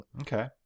Okay